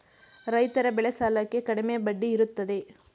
ರೈತರ ಬೆಳೆ ಸಾಲಕ್ಕೆ ಕಡಿಮೆ ಬಡ್ಡಿ ಇರುತ್ತದೆ